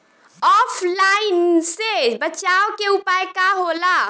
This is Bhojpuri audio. ऑफलाइनसे बचाव के उपाय का होला?